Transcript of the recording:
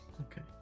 okay